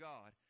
God